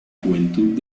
juventud